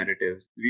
narratives